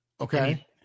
okay